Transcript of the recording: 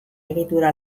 egitura